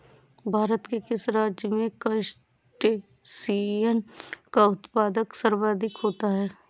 भारत के किस राज्य में क्रस्टेशियंस का उत्पादन सर्वाधिक होता है?